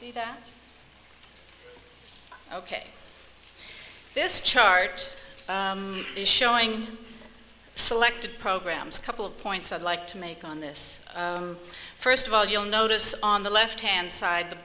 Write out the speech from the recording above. now this ok this chart is showing selected programs couple of points i'd like to make on this first of all you'll notice on the left hand side the